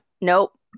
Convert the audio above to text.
nope